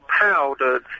powdered